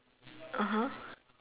(uh huh)